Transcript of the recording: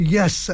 Yes